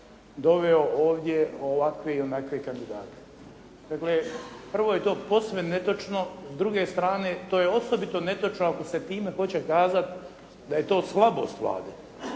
doveo ovdje ovakve i onakve kandidate. Dakle, prvo je to posve netočno. S druge strane, to je osobito netočno ako se time hoćete kazat da je to slabost Vlade.